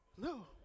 No